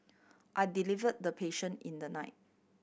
I delivered the patient in the night